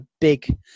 big